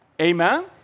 Amen